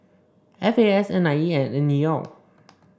F A S and NIE and NEL